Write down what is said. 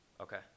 okay